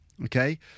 Okay